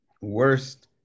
worst